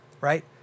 right